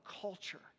culture